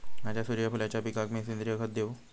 माझ्या सूर्यफुलाच्या पिकाक मी सेंद्रिय खत देवू?